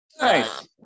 Nice